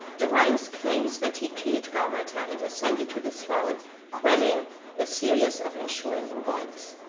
darius claims that he killed gaumata and ascended to the throne quelling a series of ensuing revolts.